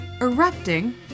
erupting